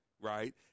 right